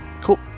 cool